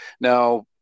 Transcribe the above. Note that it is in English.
Now